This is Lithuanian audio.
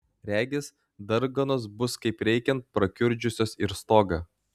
regis darganos bus kaip reikiant prakiurdžiusios ir stogą